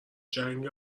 جنگ